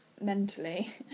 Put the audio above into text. mentally